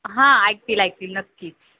हां ऐकतील ऐकतील नक्कीच